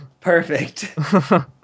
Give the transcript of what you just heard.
perfect